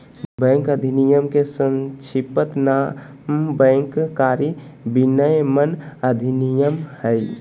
bank अधिनयम के संक्षिप्त नाम बैंक कारी विनयमन अधिनयम हइ